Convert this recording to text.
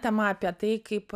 tema apie tai kaip